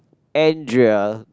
Andrea